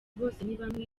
bosenibamwe